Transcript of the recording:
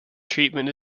treatment